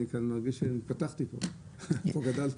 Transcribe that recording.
אני כאן מרגיש שהתפתחתי, פה גדלתי.